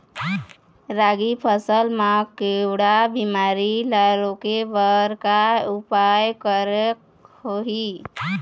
रागी फसल मा केवड़ा बीमारी ला रोके बर का उपाय करेक होही?